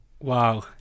Wow